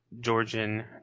Georgian